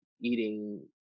eating